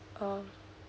oh